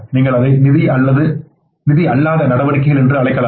நீங்கள் அதை நிதி அல்லாத நடவடிக்கைகள் என்று அழைக்கலாம்